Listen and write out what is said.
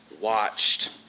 watched